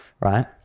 Right